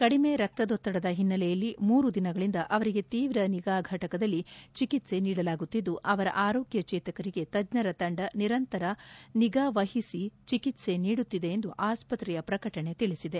ಕಡಿಮೆ ರಕ್ತದೊತ್ತಡದ ಹಿನ್ನೆಲೆಯಲ್ಲಿ ಮೂರು ದಿನಗಳಿಂದ ಅವರಿಗೆ ತೀವ್ರ ನಿಗಾ ಘಟಕದಲ್ಲಿ ಚಿಕಿತ್ತೆ ನೀಡಲಾಗುತ್ತಿದ್ದು ಅವರ ಆರೋಗ್ಯ ಚೇತರಿಕೆಗೆ ತಜ್ಜರ ತಂಡ ನಿರಂತರ ನಿಗಾ ವಹಿಸಿ ಚಿಕಿತ್ವೆ ನೀಡುತ್ತಿದೆ ಎಂದು ಆಸ್ಪತ್ರೆಯ ಪ್ರಕಟಣೆ ತಿಳಿಸಿದೆ